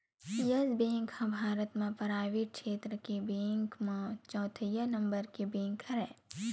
yes Bank ह भारत म private छेत्र के बेंक म चउथइया नंबर के बेंक हरय